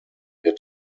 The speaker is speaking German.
wird